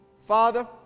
Father